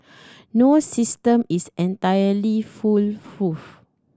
no system is entirely foolproof